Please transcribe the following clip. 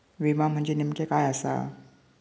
विमा म्हणजे नेमक्या काय आसा?